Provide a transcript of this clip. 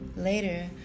Later